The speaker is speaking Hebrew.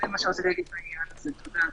תתחילו להשתמש.